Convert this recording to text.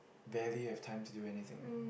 barely have time to do anything